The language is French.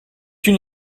une